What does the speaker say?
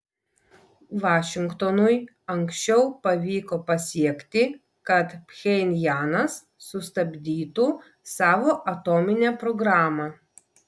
vašingtonui anksčiau pavyko pasiekti kad pchenjanas sustabdytų savo atominę programą